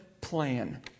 plan